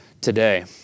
today